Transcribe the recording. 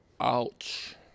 ouch